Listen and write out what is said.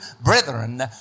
brethren